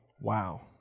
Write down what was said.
Wow